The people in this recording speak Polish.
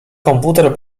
komputer